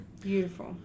beautiful